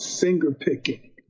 finger-picking